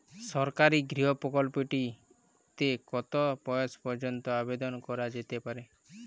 সরকারি গৃহ প্রকল্পটি তে কত বয়স পর্যন্ত আবেদন করা যেতে পারে?